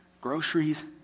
Groceries